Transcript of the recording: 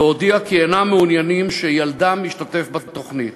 להודיע כי אינם מעוניינים שילדם ישתתף בתוכנית.